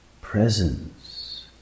presence